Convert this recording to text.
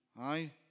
Aye